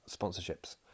sponsorships